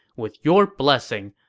with your blessings,